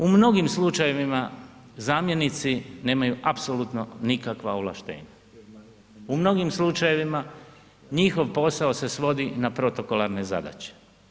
U mnogim slučajevima zamjenici nemaju apsolutno nikakva ovlaštenja, u mnogim slučajevima njihov posao se svodi na protokolarne zadaće.